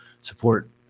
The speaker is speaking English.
Support